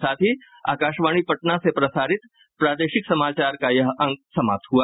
इसके साथ ही आकाशवाणी पटना से प्रसारित प्रादेशिक समाचार का ये अंक समाप्त हुआ